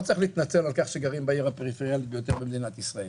לא צריך להתנצל על כך שגרים בעיר הפריפריאלית ביותר במדינת ישראל.